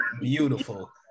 beautiful